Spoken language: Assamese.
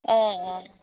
অঁ অঁ